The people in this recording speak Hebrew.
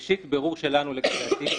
ראשית, בירור שלנו לגבי התיק,